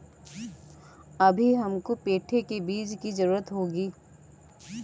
अभी हमको पेठे के बीज की जरूरत होगी